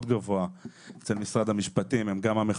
גבוה במשרד המשפטים כי הם גם המחוקק,